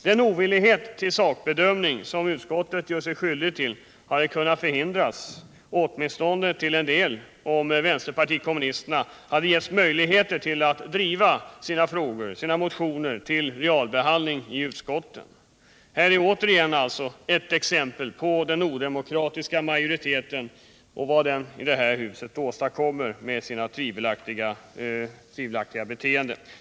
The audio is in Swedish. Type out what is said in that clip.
Den ovillighet till sakbedömning som utskottet gör sig skyldigt till hade kunnat förhindras, åtminstone till en del, om vänsterpartiet kommunisterna hade getts möjlighet att driva sina motioner till realbehandling i utskotten. Här är återigen ett exempel på vad den odemokratiska majoriteten i det här huset åstadkommer med sitt tvivelaktiga beteende.